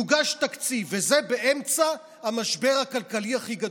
יוגש תקציב, וזה באמצע המשבר הכלכלי הכי גדול.